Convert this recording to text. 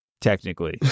technically